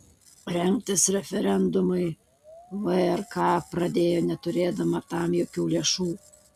rengtis referendumui vrk pradėjo neturėdama tam jokių lėšų